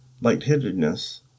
lightheadedness